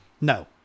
No